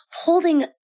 holding